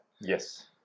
Yes